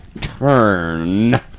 turn